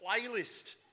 playlist